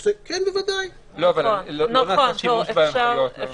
אבל לא נעשה שימוש בהנחיות.